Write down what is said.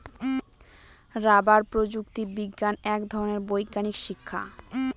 rubber প্রযুক্তি বিজ্ঞান এক ধরনের বৈজ্ঞানিক শিক্ষা